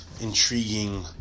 intriguing